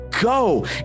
go